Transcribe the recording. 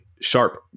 sharp